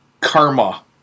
karma